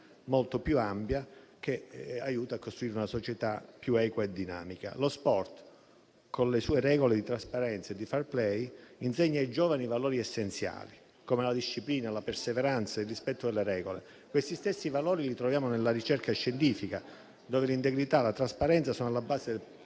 molto più ampia che aiuta a costruire una società più equa e dinamica. Lo sport, con le sue regole di trasparenza e di *fair play*, insegna ai giovani i valori essenziali come la disciplina, la perseveranza e il rispetto delle regole. Questi stessi valori li ritroviamo nella ricerca scientifica, dove l'integrità e la trasparenza sono alla base del